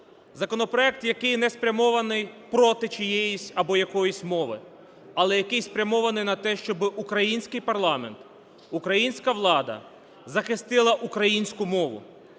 Законопроект, який не спрямований проти чиєїсь або якоїсь мови, але який спрямований на те, щоб український парламент, українська влада захистила українську мову,